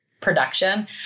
production